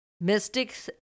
Mystics